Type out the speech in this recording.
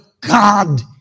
God